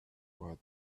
what